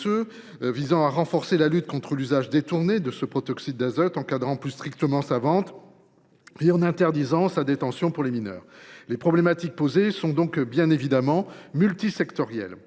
vise à renforcer la lutte contre l’usage détourné du protoxyde d’azote en encadrant plus strictement sa vente et en interdisant sa détention par les mineurs. Les problématiques sont donc multisectorielles.